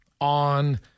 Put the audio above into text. on